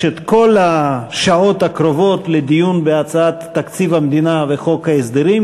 את כל השעות הקרובות לדיון בהצעת תקציב המדינה וחוק ההסדרים,